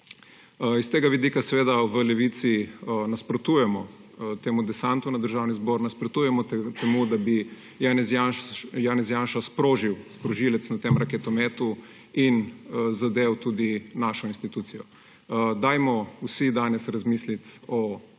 obranil. Zato v Levici nasprotujemo temu desantu na Državni zbor, nasprotujemo temu, da bi Janez Janša sprožil sprožilec na tem raketometu in zadel tudi našo institucijo. Dajmo vsi danes razmisliti o tej